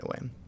away